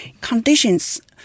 conditions